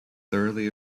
thoroughly